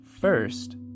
first